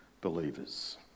believers